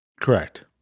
Correct